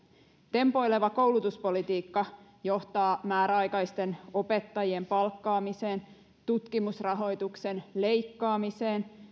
tempoileva koulutuspolitiikka johtaa määräaikaisten opettajien palkkaamiseen tutkimusrahoituksen leikkaamiseen